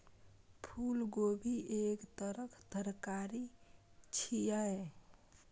फूलगोभी एक तरहक तरकारी छियै